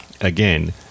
Again